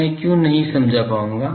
मैं क्यों नहीं समझा पाऊंगा